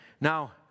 Now